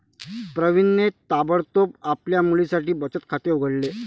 प्रवीणने ताबडतोब आपल्या मुलीसाठी बचत खाते उघडले